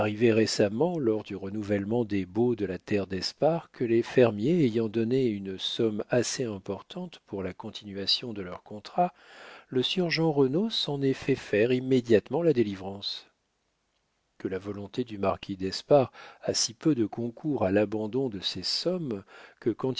récemment lors du renouvellement des baux de la terre d'espard que les fermiers ayant donné une somme assez importante pour la continuation de leurs contrats le sieur jeanrenaud s'en est fait faire immédiatement la délivrance que la volonté du marquis d'espard a si peu de concours à l'abandon de ces sommes que